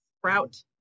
sprout